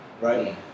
right